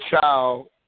child